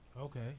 okay